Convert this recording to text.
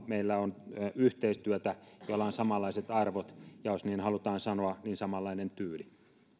meillä on yhteistyötä ja joilla on samanlaiset arvot ja jos niin halutaan sanoa samanlainen tyyli